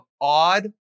odd